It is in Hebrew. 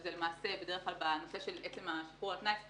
שזה למעשה בנושא של עצם השחרור על תנאי.